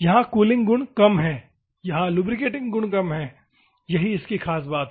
यहाँ कूलिंग गुण कम हैं यहाँ लुब्रिकेटिंग गुण कम हैं यही इसकी ख़ास बात है